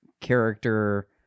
character